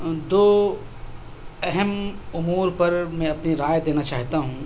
دو اہم امور پر میں اپنی رائے دینا چاہتا ہوں